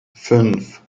fünf